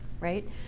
Right